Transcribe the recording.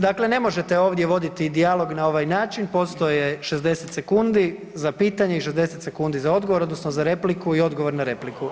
Dakle, ne možete ovdje voditi dijalog na ovaj način, postoje 60 sekundi za pitanje i 60 sekundi za odgovor odnosno za repliku i odgovor na repliku.